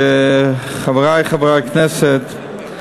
חברי חברי הכנסת,